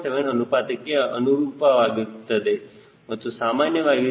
7ಅನುಪಾತಕ್ಕೆ ಅನುರೂಪ ವಾಗಿರುತ್ತದೆ ಮತ್ತು ಸಾಮಾನ್ಯವಾಗಿ 0